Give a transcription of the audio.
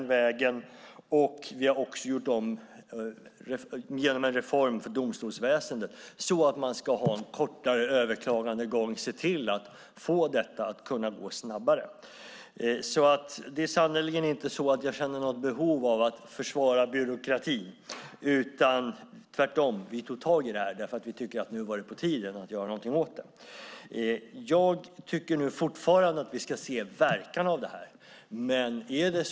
Vi har också genomfört en reform för domstolsväsendet så att man ska ha kortare överklagandegång så att det kan gå snabbare. Jag känner sannerligen inte något behov av att försvara byråkratin. Vi tog tag i detta eftersom vi tyckte att det var på tiden att göra något åt det. Jag tycker fortfarande att vi ska se verkan av detta.